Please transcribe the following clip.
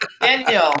Daniel